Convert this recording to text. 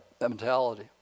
mentality